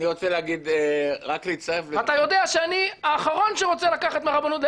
אני רוצה להצטרף --- ואתה יודע שאני האחרון שרוצה לקחת מהרבנות,